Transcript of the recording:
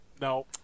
no